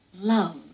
love